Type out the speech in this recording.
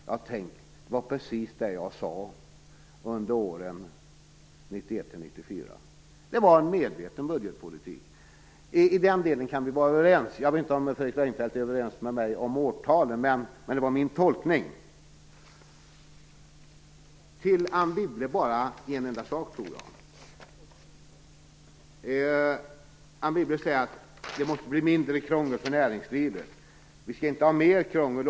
Ja, tänk, det var precis det jag sade under åren 1991-94: Det var en medveten budgetpolitik. I den delen kan vi vara överens. Jag vet inte om Fredrik Reinfeldt är överens med mig om årtalen, men det är min tolkning. Till Anne Wibble vill jag bara säga en enda sak. Hon säger att det måste bli mindre krångel för näringslivet, inte mer krångel.